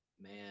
man